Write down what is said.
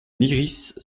lyrisse